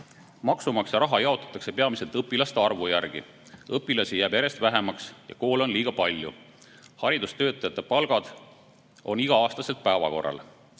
Maksumaksja raha jaotatakse peamiselt õpilaste arvu järgi. Õpilasi jääb järjest vähemaks ja koole on liiga palju. Haridustöötajate palgad on igal aastal päevakorral.